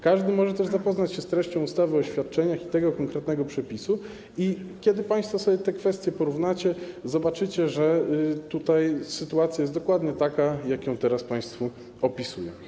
Każdy może też zapoznać się z treścią ustawy o świadczeniach i tego konkretnego przepisu, i kiedy państwo sobie te kwestie porównacie, zobaczycie, że sytuacja jest dokładnie taka, jak ją teraz państwu opisuję.